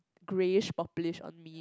greyish purplish on me